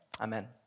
amen